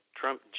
Trump